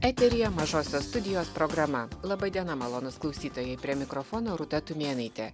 eteryje mažosios studijos programa laba diena malonūs klausytojai prie mikrofono rūta tumėnaitė